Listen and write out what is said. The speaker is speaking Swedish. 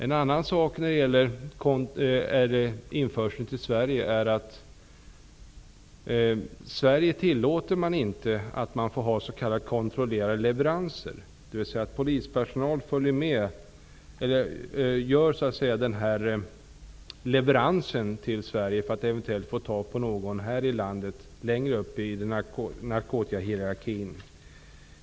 I Sverige är det inte tillåtet med s.k. kontrollerade leveranser, dvs. att polispersonal sköter leveranser till Sverige för att eventuellt kunna sätta fast någon här i landet som befinner sig högre upp i narkotikahierarkin.